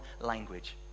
language